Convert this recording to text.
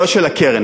לא של הקרן,